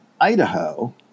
Idaho